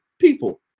people